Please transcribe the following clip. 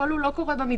הקול הוא לא קורא במדבר.